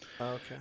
Okay